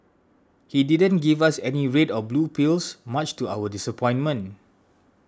he didn't give us any red or blue pills much to our disappointment